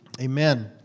Amen